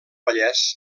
vallès